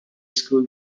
school